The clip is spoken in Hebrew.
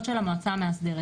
החלטות של המועצה המאסדרת.